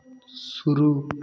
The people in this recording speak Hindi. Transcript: शुरू